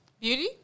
Beauty